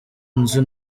nzu